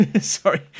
sorry